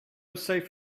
safe